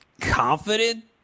confident